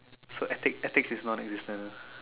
so epic attics is not a use now